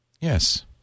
Yes